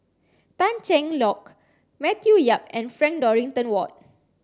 Tan Cheng Lock Matthew Yap and Frank Dorrington Ward